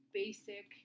basic